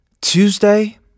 Tuesday